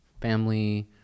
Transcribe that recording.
family